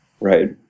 right